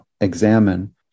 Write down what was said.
examine